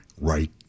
right